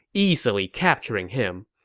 easily capturing him.